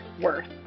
worth